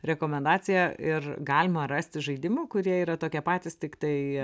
rekomendacija ir galima rasti žaidimų kurie yra tokie patys tiktai